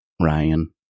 Ryan